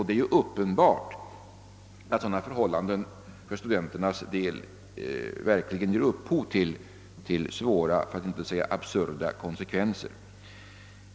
Det är uppenbart att sådana förhållanden för studenternas del leder till svåra för att inte säga absurda konsekvenser.